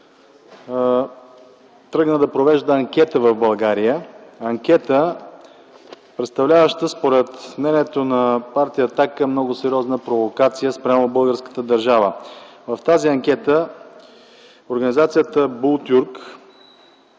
тръгна да провежда анкета в България, анкета, представляваща според мнението на Партия „Атака”, много сериозна провокация спрямо българската държава. В тази анкета организацията „Бултюрк”